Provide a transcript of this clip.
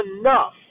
enough